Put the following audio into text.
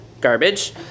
garbage